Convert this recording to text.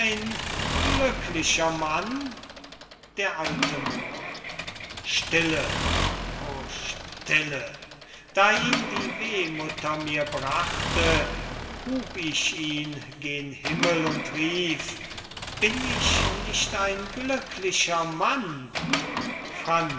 glücklicher mann d a moor stille o stille da ihn die wehmutter mir brachte hub ich ihn gen himmel und rief bin ich nicht ein glücklicher mann franz